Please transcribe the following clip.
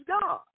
God